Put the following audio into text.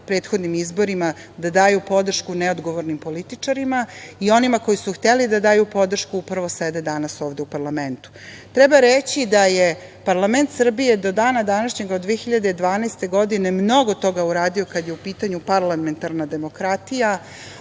prethodnim izborima da daju podršku neodgovornim političarima i onima koji su hteli da daju podršku upravo sede danas ovde u parlamentu. Treba reći da je parlament Srbije do dana današnjeg od 2012. godine mnogo toga uradio kada je u pitanju parlamentarna demokratija,